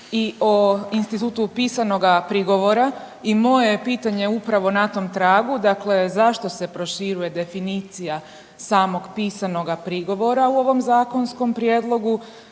i o institutu pisanoga prigovora i moje je pitanje upravo na tom tragu, dakle zašto se proširuje definicija samog pisanog prigovora u ovom zakonskom prijedlogu?